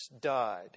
died